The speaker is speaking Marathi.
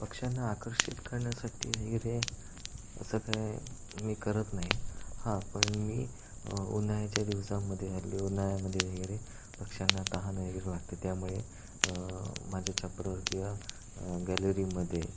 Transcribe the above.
पक्ष्यांना आकर्षित करण्यासाठी वगैरे असं काय मी करत नाही हां पण मी उन्हाळ्याच्या दिवसांमध्ये हल्ली उन्हाळ्यामध्ये वगैरे पक्ष्यांना तहान वगैरे लागते त्यामुळे माझ्या छप्परावर किंवा गॅलरीमध्ये